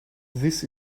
this